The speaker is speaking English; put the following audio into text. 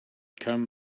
come